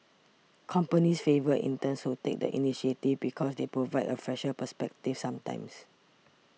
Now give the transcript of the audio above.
companies favour interns who take the initiative and because they provide a fresher perspective sometimes